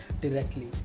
directly